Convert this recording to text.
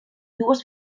dues